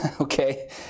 okay